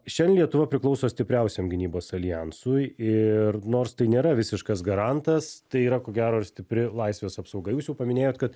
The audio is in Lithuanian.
šian lietuva priklauso stipriausiam gynybos aljansui ir nors tai nėra visiškas garantas tai yra ko gero ir stipri laisvės apsauga jūs jau paminėjot kad